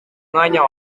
mwanya